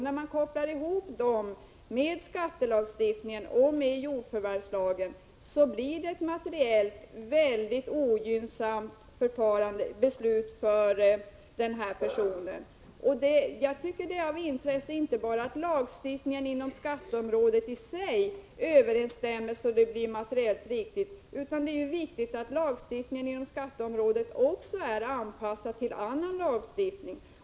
När man kopplar ihop dem med konsekvenserna av skattelagstiftningen och jordförvärvslagen blir det ett materiellt väldigt ogynnsamt beslut för den här personen. Det är inte bara av intresse att lagstiftningen på skatteområdet i sig är sammanhängande, så att den leder till materiellt riktiga resultat, utan det är också viktigt att lagstiftningen på skatteområdet är anpassad till annan lagstiftning.